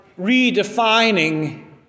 redefining